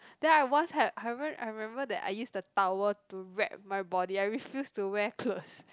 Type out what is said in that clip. then I once had I remember I remember that I used the towel to wrap my body I refuse to wear clothes